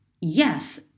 yes